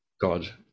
god